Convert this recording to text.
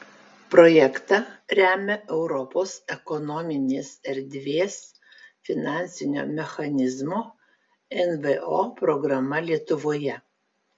projektą remia europos ekonominės erdvės finansinio mechanizmo nvo programa lietuvoje